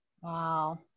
Wow